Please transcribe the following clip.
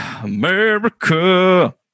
America